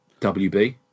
WB